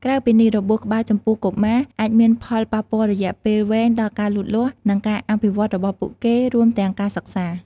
ក្រៅពីនេះ របួសក្បាលចំពោះកុមារអាចមានផលប៉ះពាល់រយៈពេលវែងដល់ការលូតលាស់ និងការអភិវឌ្ឍរបស់ពួកគេ រួមទាំងការសិក្សា។